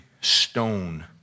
stone